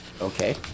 Okay